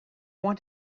want